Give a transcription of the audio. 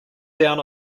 down